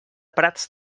prats